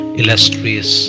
illustrious